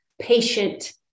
patient